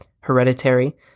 Hereditary